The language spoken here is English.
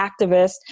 activists